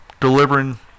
Delivering